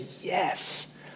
yes